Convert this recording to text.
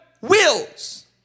wills